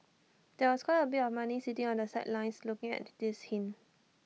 there was quite A bit of money sitting on the sidelines looking at the this hint